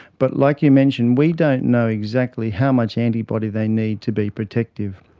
but like you mentioned, we don't know exactly how much antibody they need to be protected.